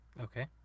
Okay